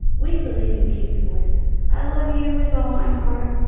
we believe in kids' voices. i love you with all my heart.